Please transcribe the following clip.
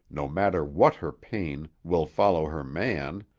no matter what her pain, will follow her man,